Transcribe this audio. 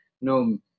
no